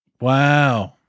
Wow